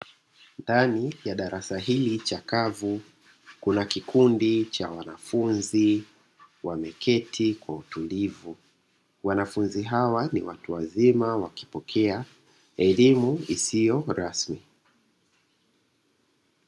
Ndani ya darasa hili chakavu, kuna kikundi cha wanafunzi wameketi kwa utulivu. Wanafunzi hawa ni watu wazima, wakipokea elimu isiyo rasmi.